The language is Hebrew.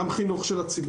גם חינוך של הציבור.